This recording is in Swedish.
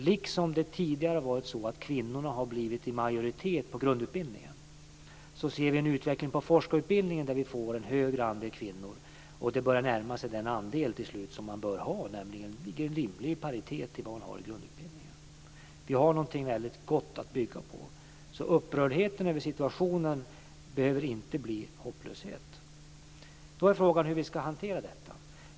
Liksom det tidigare har varit så att kvinnorna har blivit i majoritet på grundutbildningen så ser vi en utveckling i forskarutbildningen där vi får en större andel kvinnor, och det börjar till slut närma sig den andel som man bör ha, nämligen en som är i rimlig paritet med den man har i grundutbildningen. Vi har någonting väldigt gott att bygga på. Upprördheten över situationen behöver därför inte bli hopplöshet. Då är frågan hur vi ska hantera detta.